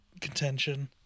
contention